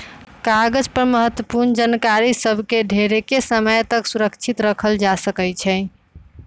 कागज पर महत्वपूर्ण जानकारि सभ के ढेरेके समय तक सुरक्षित राखल जा सकै छइ